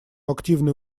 активное